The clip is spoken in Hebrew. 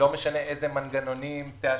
לא משנה איזה מנגנונים תאשרו,